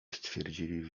stwierdzili